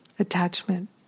attachment